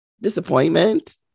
disappointment